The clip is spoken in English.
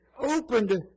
opened